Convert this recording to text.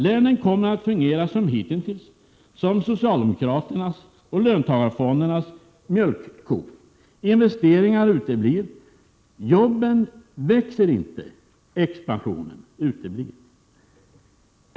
Länen kommer att fungera som hitintills — såsom socialdemokraternas och löntagarfondernas mjölkko. Investeringar uteblir, jobben 93 betydelse för näringslivet i Norrlandslänen ökar inte i antal, expansionen uteblir.